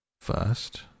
first